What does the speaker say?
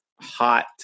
hot